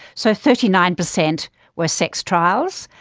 so thirty nine percent were sex trials,